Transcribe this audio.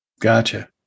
Gotcha